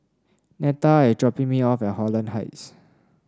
Netta is dropping me off at Holland Heights